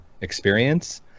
experience